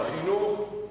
חינוך,